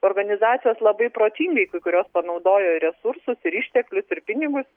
organizacijos labai protingai kai kurios panaudojo resursus ir išteklius ir pinigus